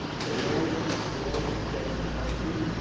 they owned a small extent of country,